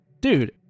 Dude